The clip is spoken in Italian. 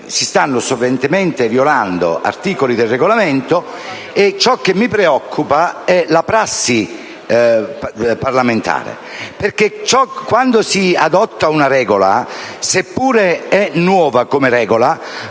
si stanno sovente violando articoli del Regolamento, e – cioche mi preoccupa – la prassi parlamentare, perche´ quando si adotta una regola, seppure nuova, essa